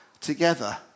together